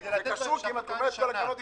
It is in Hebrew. קיבלנו את המכתב,